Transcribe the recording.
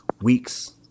weeks